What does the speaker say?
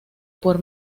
por